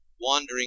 wandering